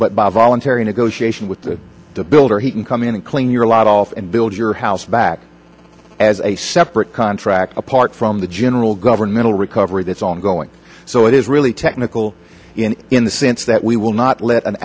but by voluntary negotiation with the builder he can come in and clean your lot off and build your house back as a separate contract apart from the general governmental recovery that's ongoing so it is really technical in the sense that we will not let an